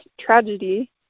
tragedy